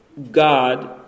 God